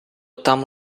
там